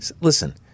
Listen